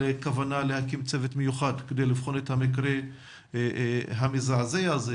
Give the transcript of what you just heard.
כוונה להקים צוות מיוחד כדי לבחון את המקרה המזעזע הזה